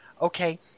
okay